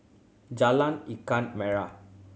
Jalan Ikan Merah